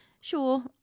Sure